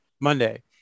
Monday